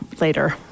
later